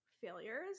failures